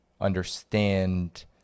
understand